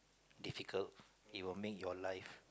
difficult it will make your life